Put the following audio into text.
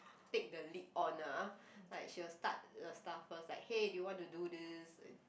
take the lead on ah like she will start the stuff first like hey do you want to do this